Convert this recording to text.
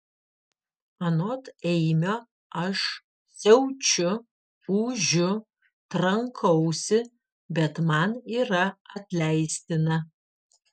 anot eimio aš siaučiu ūžiu trankausi bet man yra atleistina